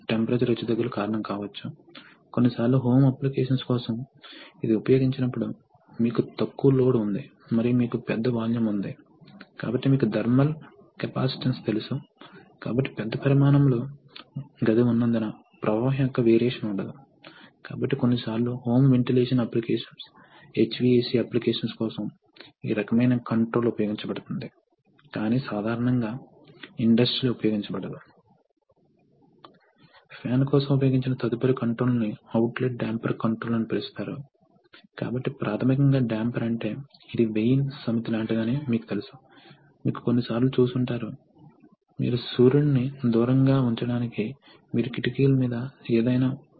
ఇది సింగిల్ లేదా బహుళ దశలు కూడా కావచ్చు ఇక్కడ ఒక రేఖాచిత్రం ఉంది సాధారణంగా ఇది అల్ప ప్రెషర్ ఇన్లెట్ పోర్ట్ మరియు ఇది అధిక ప్రెషర్ అవుట్లెట్ పోర్ట్ మరియు ఇవి రెండు వాల్వ్స్ ఇది వాస్తవానికి కదలికను నియంత్రిస్తుంది మరియు ఇది ప్రైమ్ మూవర్ తో జతచేయబడుతుంది కాబట్టి ఇది కామ్ ఆపరేటెడ్ మెకానిజం కావచ్చు కాబట్టి సక్షన్ స్ట్రోక్ లో ఈ సిలిండర్ ఇక్కడ చూపిన విధంగా కదులుతుంది మరియు తరువాత ఈ వాల్వ్ తెరవబడుతుంది ఎందుకంటే ప్రెషర్ ఇక్కడ పడిపోతుంది కాబట్టి ఈ వాల్వ్ తెరుచుకుంటుంది మరియు ఇన్లెట్ నుండి గాలి ప్రవహిస్తుంది మరోవైపు ఇది ఖచ్చితంగా కాదు నా ఉద్దేశ్యం ఇది క్రమపద్ధతిలో మాత్రమే చూపబడింది